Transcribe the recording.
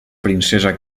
princesa